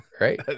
right